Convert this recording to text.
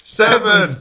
seven